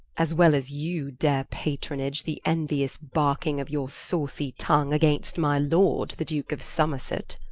as well as you dare patronage the enuious barking of your sawcie tongue, against my lord the duke of somerset